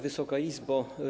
Wysoka Izbo!